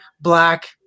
black